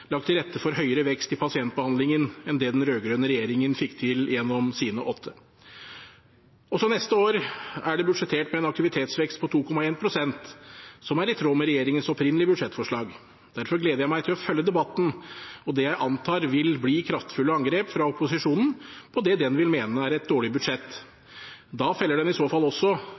lagt til rette for høyere vekst i pasientbehandlingen enn det den rød-grønne regjeringen fikk til gjennom sine åtte. Også neste år er det budsjettert med en aktivitetsvekst på 2,1 pst., som er i tråd med regjeringens opprinnelige budsjettforslag. Derfor gleder jeg meg til å følge debatten og det jeg antar vil bli kraftfulle angrep fra opposisjonen på det den vil mene er et dårlig budsjett. Da feller den i så fall også